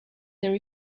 there